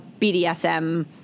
BDSM